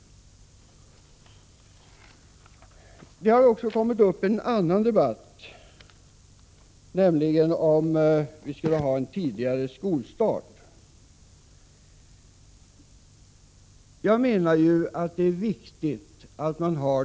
Det har också uppkommit en annan debatt, nämligen om tidigare skolstart.